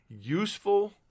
useful